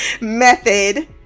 method